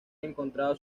encontrado